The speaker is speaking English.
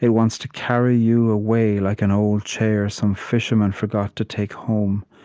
it wants to carry you away like an old chair some fisherman forgot to take home.